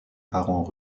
parents